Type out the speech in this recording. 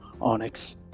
onyx